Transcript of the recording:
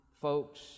folks